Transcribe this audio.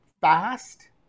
fast